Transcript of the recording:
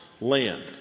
land